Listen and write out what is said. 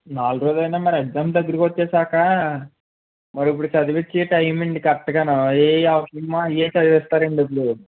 నాలురోలైనా మరి ఎగ్జామ్ దగ్గరికొచ్చేశాక మరిప్పుడు చదివించే టైం అండి కరెక్ట్గా ఏవి అవసరమో అవ్వే చదివిస్తారండి ఇప్పుడు